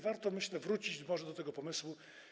Warto, myślę, wrócić do tego pomysłu.